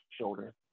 shoulder